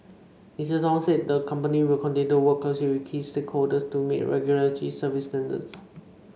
Mister Tong said the company will continue to work closely with key stakeholders to meet regulatory service standards